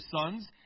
sons